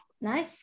nice